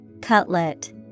Cutlet